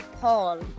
Paul